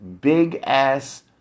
big-ass